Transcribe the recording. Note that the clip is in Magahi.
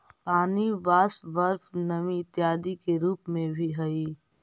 पानी वाष्प, बर्फ नमी इत्यादि के रूप में भी हई